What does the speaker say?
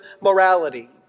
morality